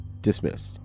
dismissed